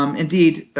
um indeed,